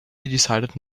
decided